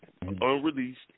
unreleased